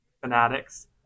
fanatics